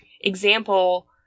example